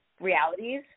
realities